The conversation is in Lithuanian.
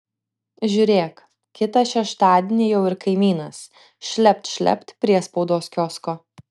žiūrėk kitą šeštadienį jau ir kaimynas šlept šlept prie spaudos kiosko